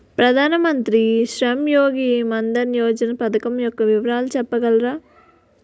ప్రధాన మంత్రి శ్రమ్ యోగి మన్ధన్ యోజన పథకం యెక్క వివరాలు చెప్పగలరా?